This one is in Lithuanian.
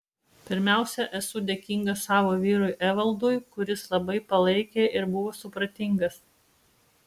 pirmiausia esu dėkinga savo vyrui evaldui kuris labai palaikė ir buvo supratingas